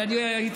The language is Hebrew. אבל אני איתך,